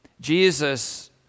Jesus